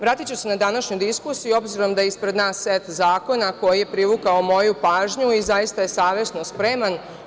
Vratiću se na današnju diskusiju, s obzirom da je ispred nas set zakona koji je privukao moju pažnju i zaista je savesno spreman.